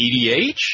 EDH